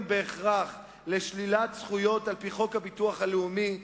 בהכרח לשלילת זכויות על-פי חוק הביטוח הלאומי,